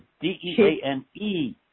D-E-A-N-E